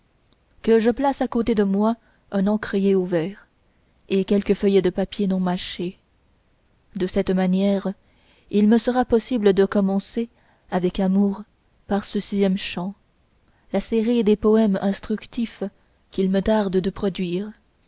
que je place à côté de moi un encrier ouvert et quelques feuillets de papier non mâché de cette manière il me sera possible de commencer avec amour par ce sixième chant la série des poëmes instructifs qu'il me tarde de produire